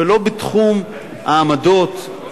ולא בתחום העמדות,